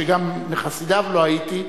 שגם מחסידיו לא הייתי,